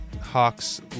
Hawks